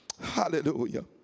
Hallelujah